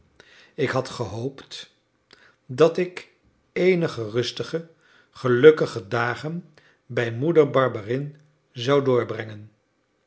ik had gehoopt dat ik eenige rustige gelukkige dagen bij moeder barberin zou doorbrengen